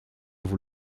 vous